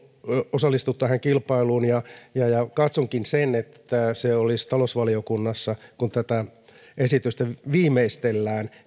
osallistua tähän kilpailuun ja ja katsonkin että se olisi talousvaliokunnassa kun tätä esitystä viimeistellään